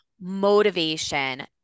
Motivation